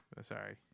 sorry